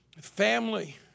Family